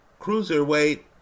cruiserweight